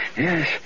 Yes